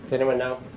anyone know?